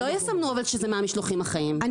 לא יסמנו אבל שזה מהמשלוחים החיים,